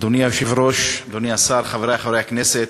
אדוני היושב-ראש, אדוני השר, חברי חברי הכנסת,